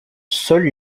seule